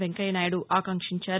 వెంకయ్యనాయుడు ఆకాంక్షించారు